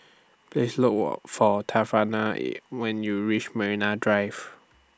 Please Look For Tawana when YOU REACH Marine Drive